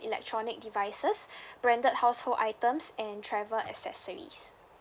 electronic devices branded household items and travel accessories